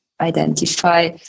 identify